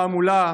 תעמולה,